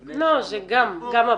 במבנה -- לא זה גם אברבנאל.